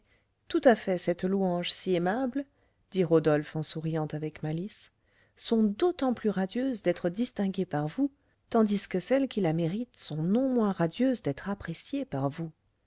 tout à fait cette louange si aimable dit rodolphe en souriant avec malice sont d'autant plus radieuses d'être distinguées par vous tandis que celles qui la méritent sont non moins radieuses d'être appréciées par vous